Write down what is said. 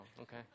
okay